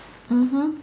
mmhmm